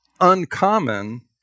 uncommon